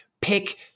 pick